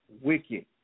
wicked